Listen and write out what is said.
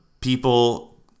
people